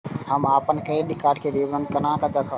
हम अपन credit card के विवरण केना देखब?